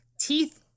Teeth